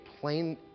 plain